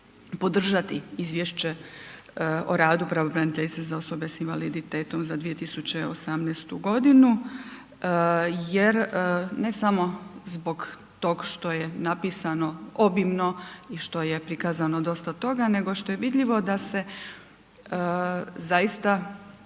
podržati izvješće o radu pravobraniteljice za osobe s invaliditetom za 2018. godinu jer ne samo zbog tog što je napisano obimno i što je prikazano dosta toga, nego što je vidljivo da se zaista